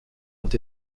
ont